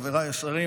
חבריי השרים,